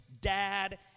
dad